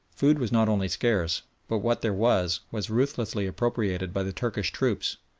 food was not only scarce, but what there was was ruthlessly appropriated by the turkish troops,